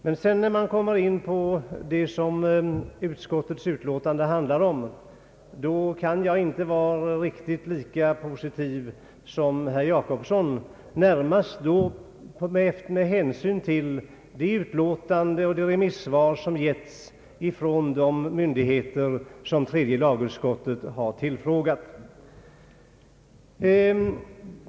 Men när vi kommer in på det som utskottets utlåtande handlar om, kan jag inte va ra riktigt lika positiv som herr Jacobsson, detta närmast med hänsyn till yttranden och remissvar från de myndigheter som tredje lagutskottet tillfrågat.